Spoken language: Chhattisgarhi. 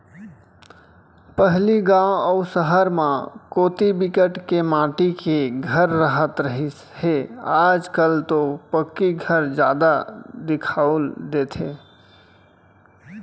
पहिली गाँव अउ सहर म कोती बिकट के माटी के घर राहत रिहिस हे आज कल तो पक्की घर जादा दिखउल देथे